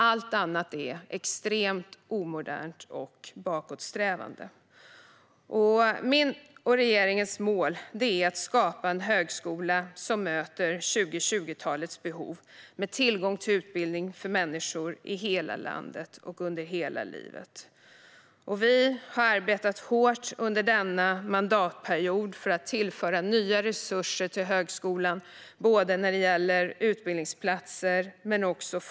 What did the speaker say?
Allt annat är extremt omodernt och bakåtsträvande. Mitt och regeringens mål är att skapa en högskola som möter 2020-talets behov med tillgång till utbildning för människor i hela landet och under hela livet. Vi har arbetat hårt under denna mandatperiod för att tillföra nya resurser till högskolan när det gäller både utbildningsplatser och forskning.